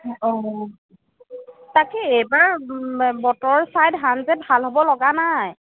অঁ তাকেই এইবাৰ বতৰ চাই ধান যে ভাল হ'ব লগা নাই